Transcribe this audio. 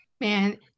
Man